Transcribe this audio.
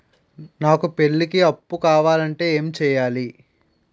నాకు పెళ్లికి అప్పు కావాలంటే ఏం చేయాలి?